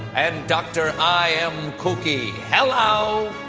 and dr. i. m. kooky! hello!